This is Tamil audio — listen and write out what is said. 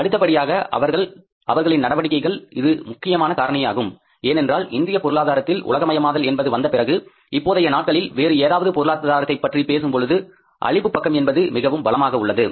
அடுத்தபடியாக அவர்களின் நடவடிக்கைகள் இது முக்கியமான காரணியாகும் ஏனென்றால் இந்திய பொருளாதாரத்தில் உலகமயமாதல் என்பது வந்தபிறகு இப்போதைய நாட்களில் வேறு ஏதாவது பொருளாதாரத்தைப் பற்றி பேசும்பொழுது அளிப்பு பக்கம் என்பது மிகவும் பலமாக உள்ளது